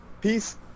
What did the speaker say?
peace